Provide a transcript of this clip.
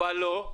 ולא,